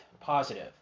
positive